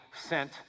sent